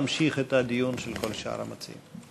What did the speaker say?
נמשיך את הדיון עם כל שאר המציעים.